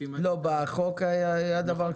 בחוק --- נכון,